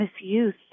misuse